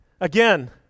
again